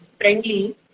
friendly